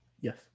yes